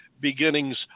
beginnings